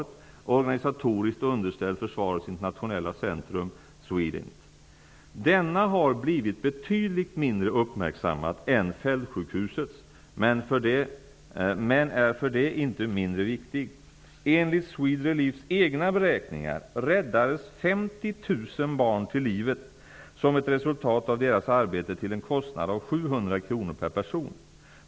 Denna har blivit betydligt mindre uppmärksammad än fältsjukhusets men är för det inte mindre viktig. 50 000 barn till livet som ett resultat av dess arbete till en kostnad av 700 kr per person.